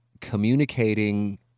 communicating